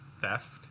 theft